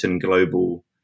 global